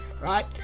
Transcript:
right